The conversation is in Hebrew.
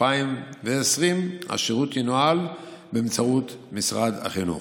2020 השירות ינוהל באמצעות משרד החינוך.